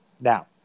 now